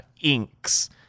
inks